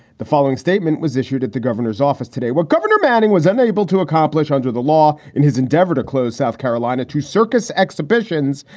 the following statement was issued at the governor's office today. what governor manning was unable to accomplish under the law in his endeavor to close south carolina. two circus exhibitions.